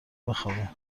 بخوابه